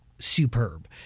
Superb